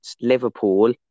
Liverpool